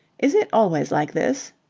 is it always like this?